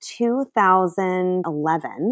2011